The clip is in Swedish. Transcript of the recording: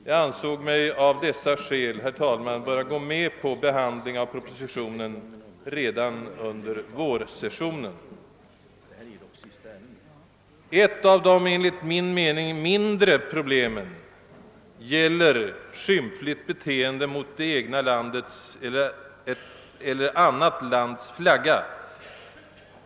Jag ansåg mig av dessa skäl, herr talman böra gå med på behandling av propositionen redan under vårsessionen. Ett av de enligt min mening mindre problemen gäller skymfligt beteende mot det egna landets eller annat lands flagga.